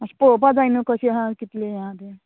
मातशें पळोवपा जाय न्हू कशी आहा कितली आया तें